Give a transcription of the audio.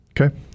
Okay